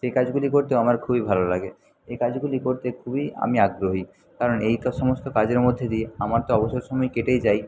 সেই কাজগুলি করতেও আমার খুবই ভালো লাগে এই কাজগুলি করতে খুবই আমি আগ্রহী কারণ এই তো সমস্ত কাজের মধ্যে দিয়ে আমার তো অবসর সময় কেটেই যায়